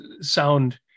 sound